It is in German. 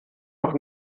noch